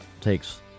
takes